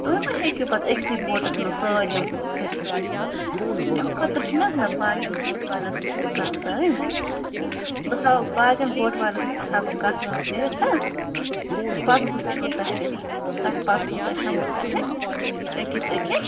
تۄہہِ ما ہٮ۪کِو پتہٕ اکسٕے بوٹس منٛز سٲلِم کھٔسِتھ امہِ خٲطر چھِنَہ حظ مےٚ باقین بوٹہٕ والین سۭتۍ تہِ کَتھ کَرٕنۍ بہٕ تھاو باقین بوٹہٕ والین سۭتۍ تھاوٕ بہٕ کَتھ وَتھ کٔرِتھ تہٕ پتہٕ وُچھو تۄہہِ تۄہہِ پتہٕ کوٗتاہ ہٮ۪مو تۄہہِ أکِس أکِس